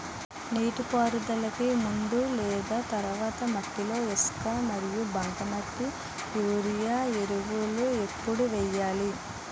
నీటిపారుదలకి ముందు లేదా తర్వాత మట్టిలో ఇసుక మరియు బంకమట్టి యూరియా ఎరువులు ఎప్పుడు వేయాలి?